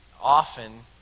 often